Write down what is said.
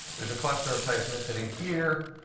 there's a cluster of seismicity here.